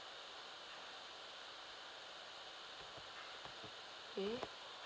eh